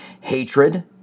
Hatred